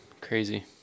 crazy